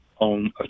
on